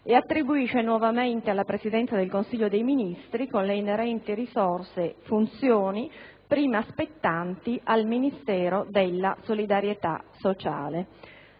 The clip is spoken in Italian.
e attribuisce nuovamente alla Presidenza del Consiglio dei ministri, con le inerenti risorse, funzioni prima spettanti al Ministero della solidarietà sociale.